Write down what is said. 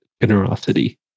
generosity